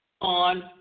on